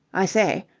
i say,